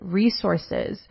resources